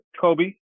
Kobe